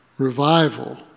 Revival